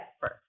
first